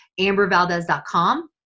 ambervaldez.com